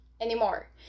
anymore